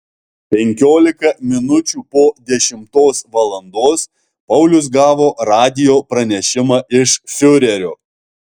penkiolika minučių po dešimtos valandos paulius gavo radijo pranešimą iš fiurerio